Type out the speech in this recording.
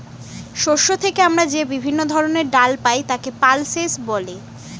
শস্য থেকে আমরা যে বিভিন্ন ধরনের ডাল পাই তাকে পালসেস বলে